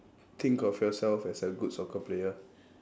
think of yourself as a good soccer player